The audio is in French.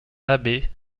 abbé